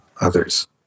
others